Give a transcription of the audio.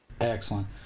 Excellent